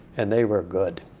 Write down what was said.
and they were good.